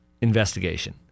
investigation